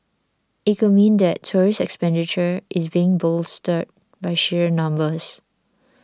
it could mean that tourist expenditure is being bolstered by sheer numbers